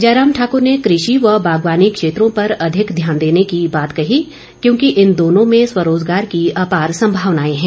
जयराम ठाकर ने कृषि व बागवानी क्षेत्रों पर अधिक ध्यान देने की बात कही क्योंकि इन दोनों में स्वरोजगार की अपार सम्भावनाए है